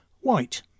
white